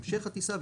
המשך הטיסה,